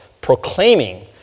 proclaiming